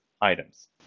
items